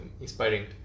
inspiring